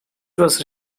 was